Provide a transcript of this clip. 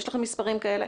יש לכם מספרים כאלה?